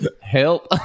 Help